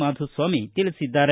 ಮಾಧುಸ್ವಾಮಿ ತಿಳಿಸಿದ್ದಾರೆ